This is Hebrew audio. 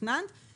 תכננת להעביר,